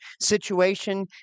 situation